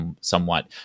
somewhat